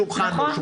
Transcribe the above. שולחן לא,